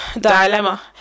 dilemma